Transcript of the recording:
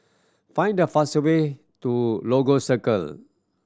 find the faster way to Lagos Circle